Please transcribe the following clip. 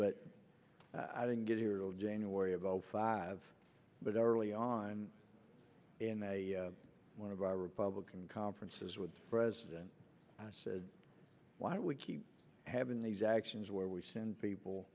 but i didn't get your old january of zero five but early on in one of my republican conferences with the president i said why we keep having these actions where we send people